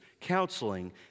counseling